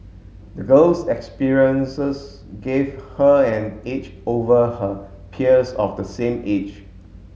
the girl's experiences gave her an edge over her peers of the same age